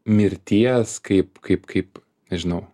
mirties kaip kaip kaip nežinau